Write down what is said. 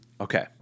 Okay